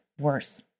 worse